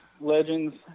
legends